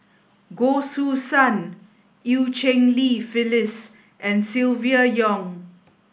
Goh Choo San Eu Cheng Li Phyllis and Silvia Yong